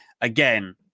again